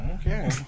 Okay